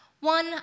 One